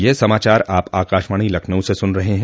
ब्रे क यह समाचार आप आकाशवाणी लखनऊ से सुन रहे हैं